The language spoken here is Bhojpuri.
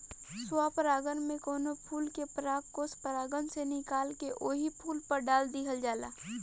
स्व परागण में कवनो फूल के परागकोष परागण से निकाल के ओही फूल पर डाल दिहल जाला